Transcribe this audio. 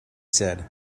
said